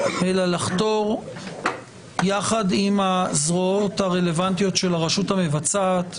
אלא לחתור יחד עם הזרועות הרלוונטיות של הרשות המבצעת,